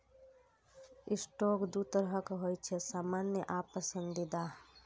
stock दू तरहक होइ छै, सामान्य आ पसंदीदा